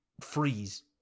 freeze